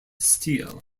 steel